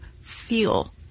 feel